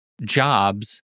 jobs